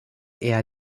eher